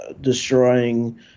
destroying